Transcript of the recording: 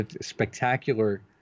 spectacular